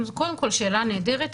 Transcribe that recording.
אז קודם כל שאלה נהדרת,